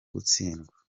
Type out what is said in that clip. gutsindwa